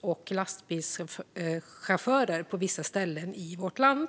och lastbilschaufför på vissa ställen i vårt land.